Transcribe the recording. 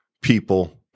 people